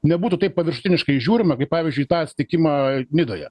nebūtų taip paviršutiniškai žiūrima kaip pavyzdžiui tą atsitikimą nidoje